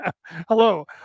Hello